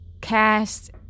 cast